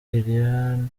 lilian